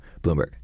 Bloomberg